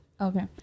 Okay